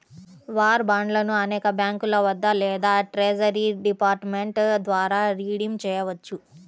war బాండ్లను అనేక బ్యాంకుల వద్ద లేదా ట్రెజరీ డిపార్ట్మెంట్ ద్వారా రిడీమ్ చేయవచ్చు